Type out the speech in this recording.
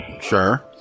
Sure